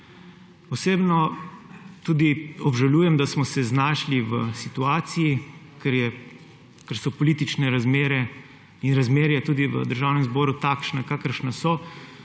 Osebno tudi obžalujem, da smo se znašli v situaciji, ker so politične razmere in razmerje tudi v Državnem zboru takšne, kakršne so,